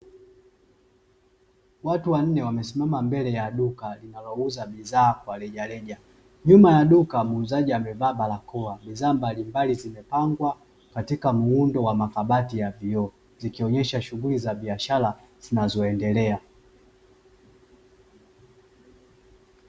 Watu wanne wamesimama mbele ya duka linalouza bidhaa kwa rejareja, nyuma ya duka muuzaji amevaa barakoa, bidhaa mbalimbali zimepangwa katika muundo wa makabati ya vioo zikionyesha shughuli za biashara zinazoendelea.